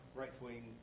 right-wing